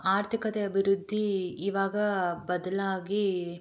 ಆರ್ಥಿಕತೆ ಅಭಿವೃದ್ಧಿ ಇವಾಗ ಬದಲಾಗಿ